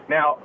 Now